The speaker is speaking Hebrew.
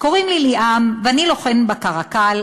"קוראים לי ליאם, ואני לוחם ב'קרקל'.